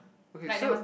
okay so